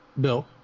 Bill